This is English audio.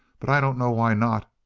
but i dunno why not.